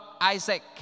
Isaac